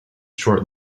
short